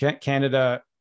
Canada